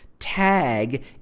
tag